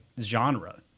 genre